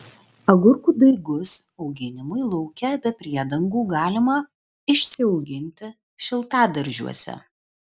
agurkų daigus auginimui lauke be priedangų galima išsiauginti šiltadaržiuose